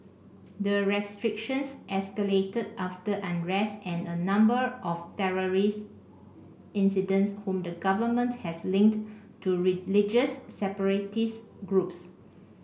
the restrictions escalated after unrest and a number of terrorist incidents whom the government has linked to religious separatist groups